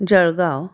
Jalgaon